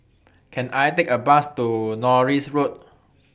Can I Take A Bus to Norris Road